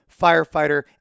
firefighter